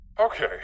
Okay